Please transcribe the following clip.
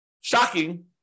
shocking